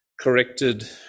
corrected